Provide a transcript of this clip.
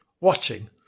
watching